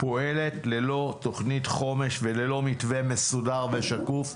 פועלת ללא תוכנית חומש וללא מתווה מסודר ושקוף.